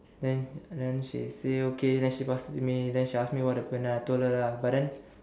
then then she say okay then she pass to me then she ask me what happend ah then I told her lah but then